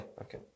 Okay